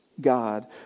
God